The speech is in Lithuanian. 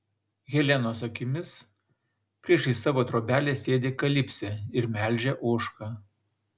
helenos akimis priešais savo trobelę sėdi kalipsė ir melžia ožką